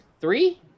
three